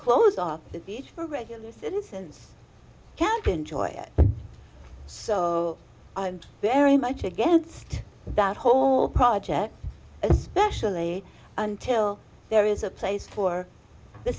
close off the beach for regular citizens can't enjoy so very much against that whole project especially until there is a place for the